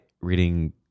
reading